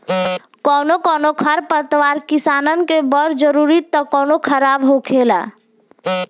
कौनो कौनो खर पतवार किसानन के बड़ जरूरी त कौनो खराब होखेला